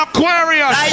Aquarius